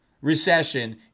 recession